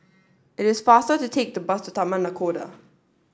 it is faster to take the bus to Taman Nakhoda